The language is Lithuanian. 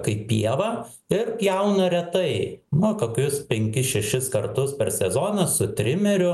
kaip pievą ir pjauna retai nu kokius penkis šešis kartus per sezoną su trimeriu